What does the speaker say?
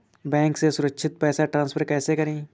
Bank से सुरक्षित पैसे ट्रांसफर कैसे करें?